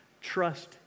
Trust